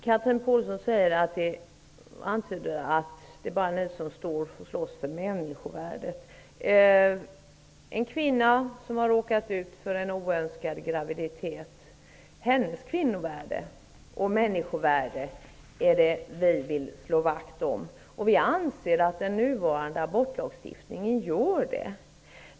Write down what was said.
Herr talman! Chatrine Pålsson antydde att det bara är kds som slåss för människovärdet. Kvinnovärdet och människovärdet hos en kvinna som har råkat ut för en oönskad graviditet vill vi slå vakt om. Vi anser att vi med den nuvarande abortlagen gör det.